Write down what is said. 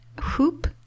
hoop